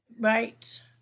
Right